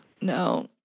No